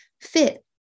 fit